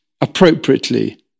appropriately